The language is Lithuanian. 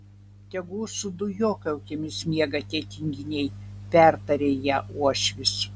tegu su dujokaukėmis miega tie tinginiai pertarė ją uošvis